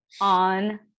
on